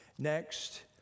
Next